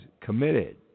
committed